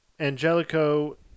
Angelico